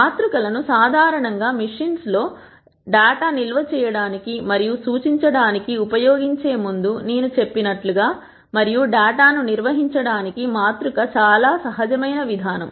మాతృకలను సాధారణంగా మిషన్స్ లలో డేటాను నిల్వ చేయడానికి మరియు సూచించడానికి ఉపయోగించే ముందు నేను చెప్పినట్లుగా మరియు డేటాను నిర్వహించడానికి మాతృక చాలా సహజమైన విధానం